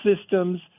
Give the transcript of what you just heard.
systems